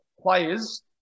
players